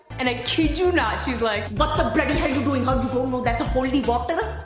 and i kid you not, she's like, what the bloody hell you doing? how'd you don't know that's a holy water?